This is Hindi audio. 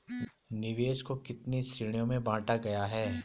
निवेश को कितने श्रेणियों में बांटा गया है?